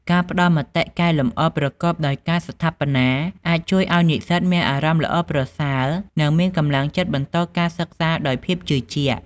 ការផ្តល់មតិកែលម្អប្រកបដោយការស្ថាបនាអាចជួយឱ្យនិស្សិតមានអារម្មណ៍ល្អប្រសើរនិងមានកម្លាំងចិត្តបន្តការសិក្សាដោយភាពជឿជាក់។